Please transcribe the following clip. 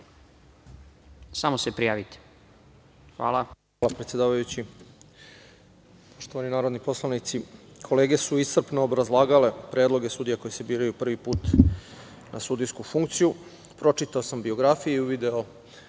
**Ivan Ribać** Hvala, predsedavajući. Poštovani narodni poslanici, kolege su iscrpno obrazlagale predloge sudija koji se biraju prvi put na sudijsku funkciju. Pročitao sam biografiju i video